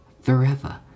forever